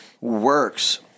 works